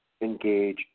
engage